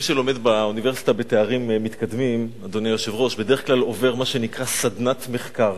מי שלומד באוניברסיטה לתארים מתקדמים בדרך כלל עובר סדנת מחקר,